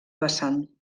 vessant